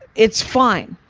it's fine.